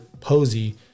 Posey